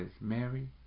Mary